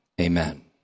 Amen